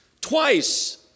Twice